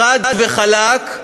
חד וחלק,